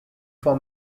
for